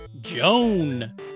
Joan